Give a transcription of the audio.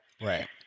Right